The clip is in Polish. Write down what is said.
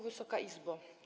Wysoka Izbo!